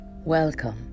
welcome